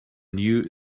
new